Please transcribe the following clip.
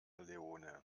leone